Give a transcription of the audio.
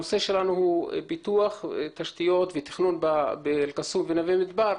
הנושא שלנו הוא פיתוח תשתיות ותכנון באל-קסום ונווה מדבר.